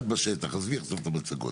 את בשטח עזבי עכשיו את המצגות,